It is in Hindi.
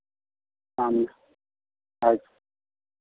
हम अच्छा